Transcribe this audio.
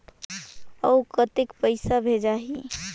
अउ कतेक पइसा भेजाही?